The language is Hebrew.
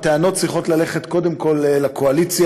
הטענות צריכות ללכת קודם כול לקואליציה,